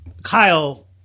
Kyle